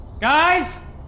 guys